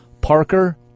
Parker